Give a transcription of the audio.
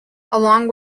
along